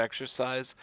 exercise